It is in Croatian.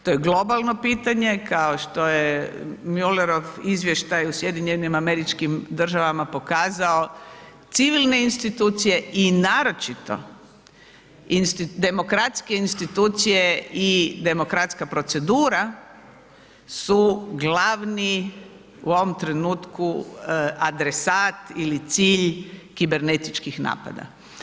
To je globalno pitanje, kao što je ... izvještaj u SAD-u pokazao, civilne institucije i naročito demokratske institucije i demokratska procedura su glavni u ovom trenutku adresat ili cilj kibernetičkih napada.